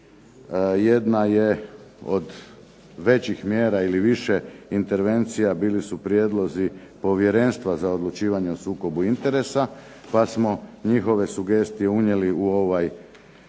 jedna je od većih mjera ili više intervencija bili su prijedlozi Povjerenstva za odlučivanje o sukobu interesa, pa smo njihove sugestije unijeli u ovaj